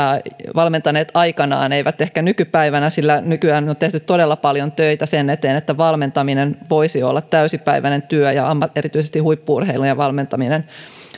valmentaneet aikoinaan eivät ehkä nykypäivänä sillä nykyäänhän on tehty paljon töitä sen eteen että valmentaminen voisi olla täysipäiväinen työ erityisesti huippu urheilijoiden valmentaminen